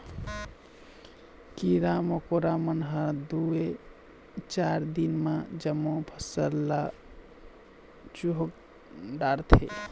कीरा मकोरा मन ह दूए चार दिन म जम्मो फसल ल चुहक डारथे